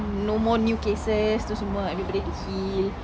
no more new cases tu semua everybody to heal